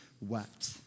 wept